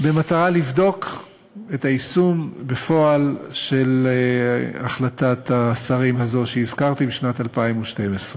במטרה לבדוק את היישום בפועל של החלטת השרים הזאת שהזכרת משנת 2012,